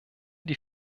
die